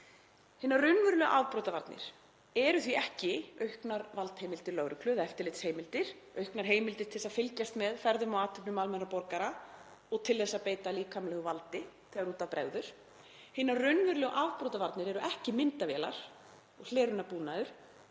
Hinar raunverulegu afbrotavarnir eru því ekki auknar valdheimildir lögreglu eða eftirlitsheimildir, auknar heimildir til að fylgjast með ferðum og athöfnum almennra borgara og til að beita líkamlegu valdi þegar út af bregður. Hinar raunverulegu afbrotavarnir eru ekki myndavélar og hlerunarbúnaður,